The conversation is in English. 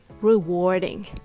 rewarding